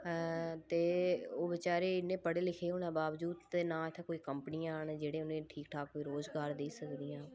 ते ओह् बेचारे इन्ने पढ़े लिखे होने दे बाबजूद ते नां इत्थें कोई कंपनियां न जेह्ड़े उ'नें ठीक ठाक रोज़गार देई सकदियां